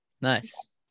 Nice